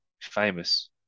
famous